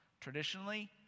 Traditionally